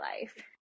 life